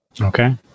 Okay